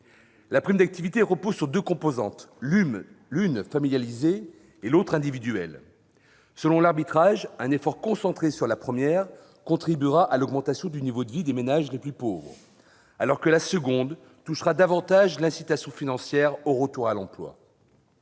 La prime d'activité repose sur deux composantes : l'une familialisée et l'autre individuelle. Selon l'arbitrage, un effort concentré sur la première contribuera à l'augmentation du niveau de vie des ménages les plus pauvres, alors que la seconde touchera davantage l'incitation financière au retour à l'emploi.